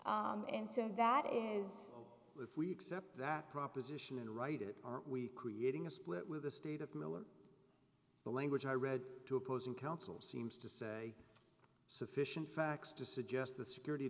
is and so that is if we accept that proposition and write it are we creating a split with the state of miller the language i read two opposing counsel seems to say sufficient facts to suggest the security